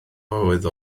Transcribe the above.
oedd